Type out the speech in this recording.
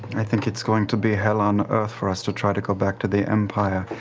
i think it's going to be hell on earth for us to try to go back to the empire.